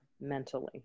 mentally